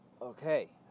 Okay